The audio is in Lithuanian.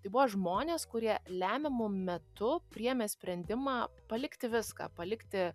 tai buvo žmonės kurie lemiamu metu priėmė sprendimą palikti viską palikti